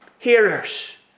Hearers